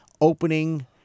opening